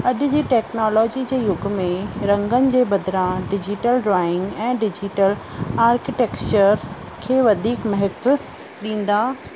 अॼ जी टैक्नोलॉजी जे युग में रंगनि जे बदिरां डिजिटल ड्रॉइंग ऐं डिजिटल आर्किटैक्चर खे वधीक महत्व ॾींदा